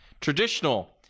traditional